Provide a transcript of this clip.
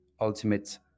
ultimate